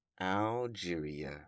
Algeria